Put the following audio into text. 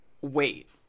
Wait